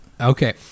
Okay